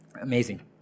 Amazing